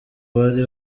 bari